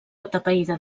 atapeïda